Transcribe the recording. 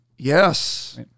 Yes